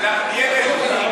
מזמור.